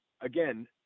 again